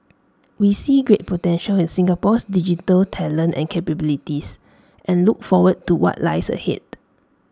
we see great potential in Singapore's digital talent and capabilities and look forward to what lies ahead